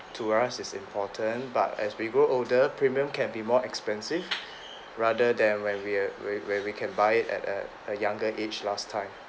to us is important but as we grow older premium can be more expensive rather than when we're when we can buy it at at a younger age last time